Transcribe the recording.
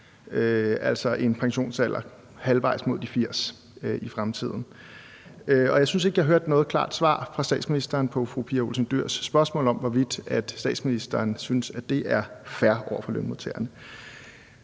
at have pensionsalder halvvejs mod de 80 år i fremtiden, og jeg synes ikke, jeg hørte noget klart svar fra statsministeren på fru Pia Olsen Dyhrs spørgsmål om, hvorvidt statsministeren synes, at det er fair over for lønmodtagerne.